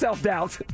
self-doubt